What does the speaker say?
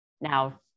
Now